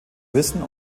wissen